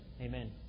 Amen